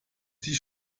sich